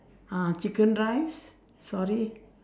ah chicken rice sorry